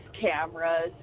cameras